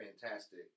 fantastic